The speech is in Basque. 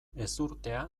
ezurtea